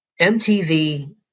MTV